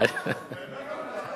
איזה הפתעה.